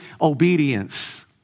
obedience